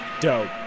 Dope